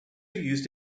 used